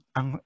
Ang